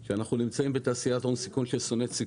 הוא שאנחנו נמצאים בתעשיית הון סיכון ששונאת סיכון,